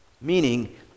Meaning